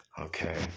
Okay